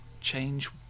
change